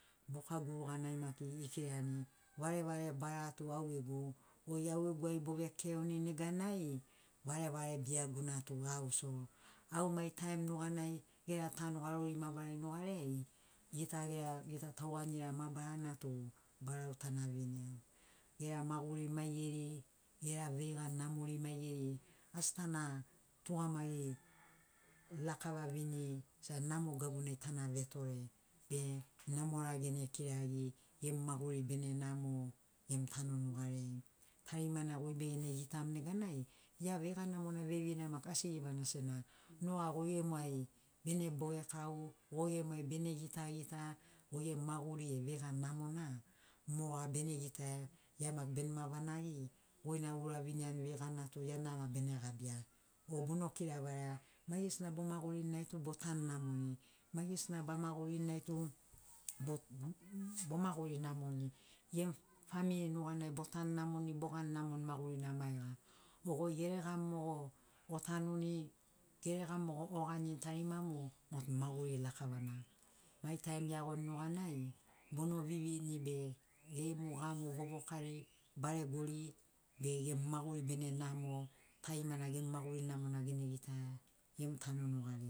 Buka guruganai maki ekirani varevare bara tu au gegu goi au gegu ai bove keoni neganai varevare biaguna tu au so au mai taim nuganai gera tanu garori mabarari nugariai gita gera gita tauanira mabarana tu barau tana vinia gera maguri maigeri gera veiga namori maigeri asi tana tugamagi lakava viniri sena namo gabunai tana vetore be namora gene kiragi gemu maguri bene namo gemu tanu nugariai tarimana goi begene gitamu neganai gia veiga namona veiveina maki asi ribana sena noga goi gemu ai bene bogekau goi gemuai bene gitagita goi gemu maguri e veiga namona moga bene gitaia gia maki benema vanagi goina ouraviniani veiga na tu gia na ma bene gabia o bono kira varaia maigesina bo magurinai tu botanu namoni maigesina ba magurinai tu bot bo maguri namoni gemu famiri nuganai botanu namoni bogani namoni magurina maiga o goi geregamu mo otanuni geregamu mo oganini tarimamu motu maguri lakavana mai taim eagoni nuganai bono virigi be gemu gamu vovokari baregori be gemu maguri bene namo tarimana gemu maguri namona gene gitaia gemu tanu nugariai.